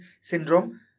syndrome